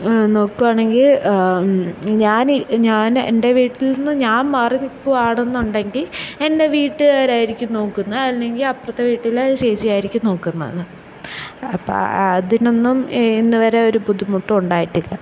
നോക്കുവാണെങ്കില് ഞാൻ എൻ്റെ വീട്ടിൽനിന്ന് ഞാൻ മാറി നിൽക്കുവാണെന്നുണ്ടെങ്കില് എൻ്റെ വീട്ടുകാരായിരിക്കും നോക്കുന്നെ അല്ലെങ്കിൽ അപ്പുറത്തെ വീട്ടിലെ ചേച്ചിയായിരിക്കും നോക്കുന്നത് അപ്പോള് അതിനൊന്നും ഇന്നുവരെ ഒരു ബുദ്ധിമുട്ടും ഉണ്ടായിട്ടില്ല